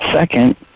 Second